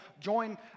join